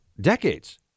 decades